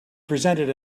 presented